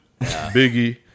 biggie